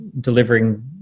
delivering